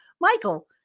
Michael